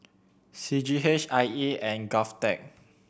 C G H I E and GovTech